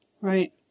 Right